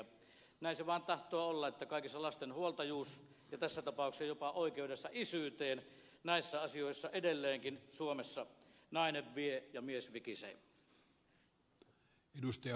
näin se vaan tahtoo olla että kaikissa lasten huoltajuusasioissa ja tämä tapaus koskee jopa oikeutta isyyteen näissä asioissa edelleenkin suomessa nainen vie ja mies vikisee